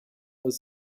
was